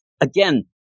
again